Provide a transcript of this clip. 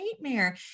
nightmare